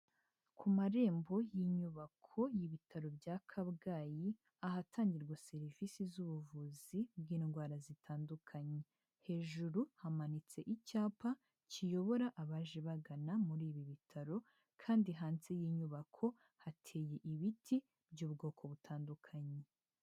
Ku marembo y'inyubako y'ibitaro bya Kabgayi ahatangirwa serivise z'ubuvuzi bw'indwara zitandukanye, hejuru hamanitse icyapa kiyobora abaje bagana muri ibi bitaro kandi hanze y'inyubako, hateye ibiti by'ubwoko butandukanye.